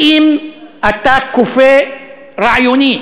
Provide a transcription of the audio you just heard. האם אתה כופה רעיונית